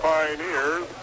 Pioneers